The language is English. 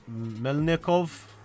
Melnikov